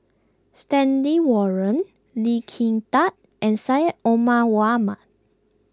Stanley Warren Lee Kin Tat and Syed Omar Mohamed